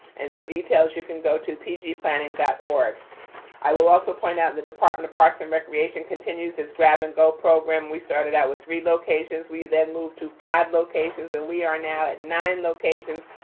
and for details, you can go to pgplanning org. i will also point out the department of parks and recreation continues as grab and go program. we started out with three locations, we then moved to five locations and we are now at nine locations,